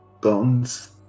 bones